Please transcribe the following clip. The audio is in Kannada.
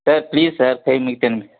ಸರ್ ಪ್ಲೀಸ್ ಸರ್ ಕೈ ಮುಗಿತೀನಿ ನಿಮ್ಗೆ